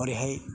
हरैहाय